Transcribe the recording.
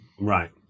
Right